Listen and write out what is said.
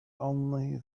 only